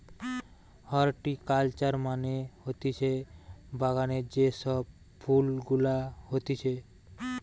horticulture মানে হতিছে বাগানে যে সব ফুল গুলা হতিছে